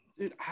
Dude